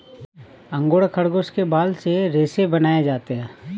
angora खरगोश के बाल से रेशे बनाए जाते हैं